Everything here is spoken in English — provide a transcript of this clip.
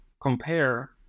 compare